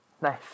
Nice